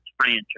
franchise